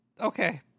okay